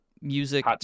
music